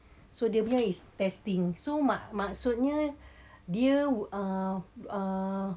so dia punya is testing so so maksudnya dia uh